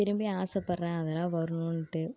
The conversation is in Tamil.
திரும்பியும் ஆசைப்பட்றேன் அதெலாம் வரணுன்ட்டு